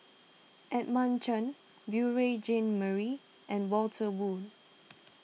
Edmund Chen Beurel Jean Marie and Walter Woon